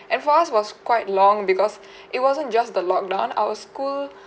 and for us was quite long because it wasn't just the lockdown our school